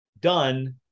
done